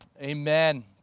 Amen